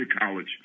college